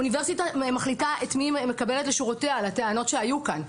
אוניברסיטה מחליטה את מי היא מקבלת לשורותיה זה לגבי הטענות שעלו כאן.